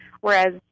whereas